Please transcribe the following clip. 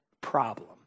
problem